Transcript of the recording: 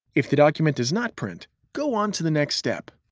if the document does not print, go on to the next step.